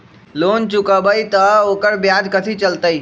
Loan चुकबई त ओकर ब्याज कथि चलतई?